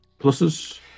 pluses